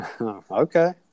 Okay